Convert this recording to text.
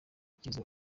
icyiza